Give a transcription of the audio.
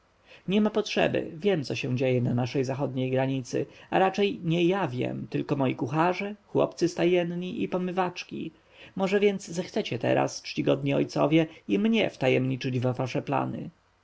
niema potrzeby wiem co się dzieje na naszej zachodniej granicy a raczej nie ja wiem tylko moi kucharze chłopcy stajenni i pomywaczki może więc zechcecie teraz czcigodni ojcowie i mnie wtajemniczyć w wasze plany